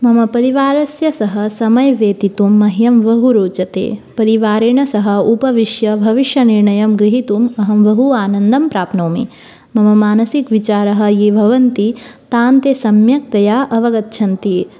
मम परिवारस्य सह समयव्यतीतुं मह्यं बहु रोचते परिवारेण सह उपविश्य भविष्यनिर्णयं ग्रहीतुं अहं बहु आनन्दं प्राप्नोमि मम मानसिकविचाराः ये भवन्ति तान् ते सम्यक्तया अवगच्छन्ति